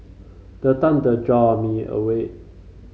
the thunder jolt me awake